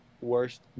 worst